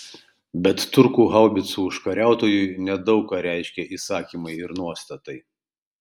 bet turkų haubicų užkariautojui nedaug ką reiškė įsakymai ir nuostatai